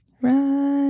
Right